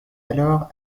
alors